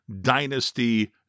Dynasty